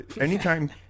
anytime